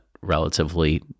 relatively